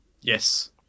Yes